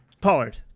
Pollard